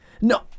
No